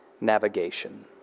navigation